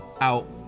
out